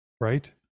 right